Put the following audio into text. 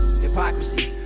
Hypocrisy